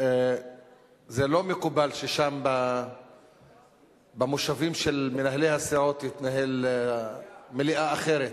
זה לא מקובל ששם במושבים של מנהלי הסיעות תתנהל מליאה אחרת.